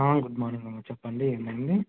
good morning అమ్మా చెప్పండి ఏమైంది